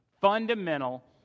fundamental